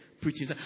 preaching